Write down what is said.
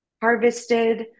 harvested